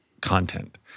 content